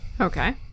Okay